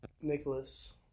Nicholas